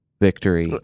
victory